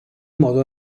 modo